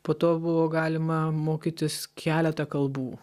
po to buvo galima mokytis keletą kalbų